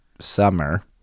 summer